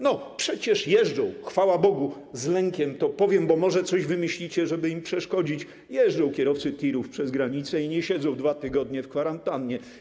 No przecież jeżdżą - chwała Bogu, z lękiem to powiem, bo może coś wymyślicie, żeby im przeszkodzić - kierowcy tirów przez granice i nie siedzą 2 tygodnie w kwarantannie.